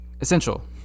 essential